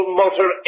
motor